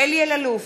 אלי אלאלוף,